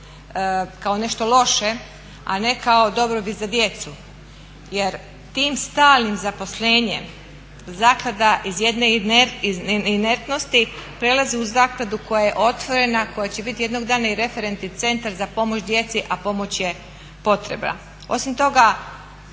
kao nešto loše, a ne kao dobrobit za djecu. Jer tim stalnim zaposlenjem zaklada iz jedne inertnosti prelazi u zakladu koja je otvorena, koja će biti jednog dana i referentni centar za pomoć djeci, a pomoć je potrebna. Osim toga